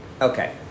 Okay